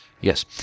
yes